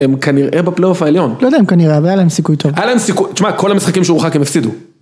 הם כנראה בפלייאוף העליון. לא יודע אם כנראה, אבל היה להם סיכוי טוב. היה להם סיכוי... תשמע, כל המשחקים שהורחק הם הפסידו.